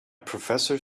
professor